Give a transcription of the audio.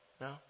No